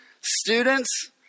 students